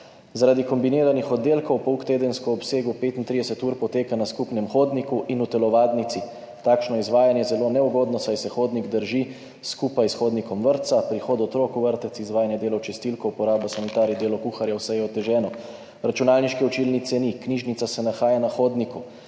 Zaradi kombiniranih oddelkov pouk tedensko v obsegu 35 ur poteka na skupnem hodniku in v telovadnici. Takšno izvajanje je zelo neugodno, saj se hodnik drži skupaj s hodnikom vrtca. Prihod otrok v vrtec, izvajanje dela čistilk, uporaba sanitarij, delo kuharja, vse je oteženo. Računalniške učilnice ni, knjižnica se nahaja na hodniku,